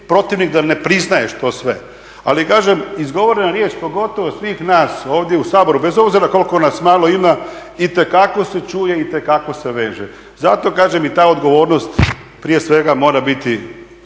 protivnik, da ne priznaješ to sve. Ali kažem, izgovorena riječ pogotovo svih nas ovdje u Saboru, bez obzira koliko nas malo ima itekako se čuje, itekako se veže. Zato kažem i ta odgovornost prije svega mora biti